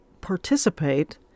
participate